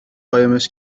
قایمش